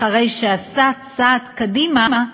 אחרי שעשה צעד קדימה,